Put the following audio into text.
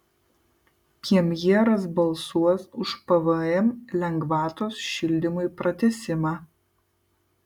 premjeras balsuos už pvm lengvatos šildymui pratęsimą